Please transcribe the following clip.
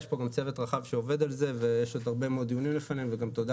יש פה גם צוות רחב שעובד על זה ויש עוד הרבה מאוד דיונים לפנינו וגם תודה